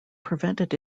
prevented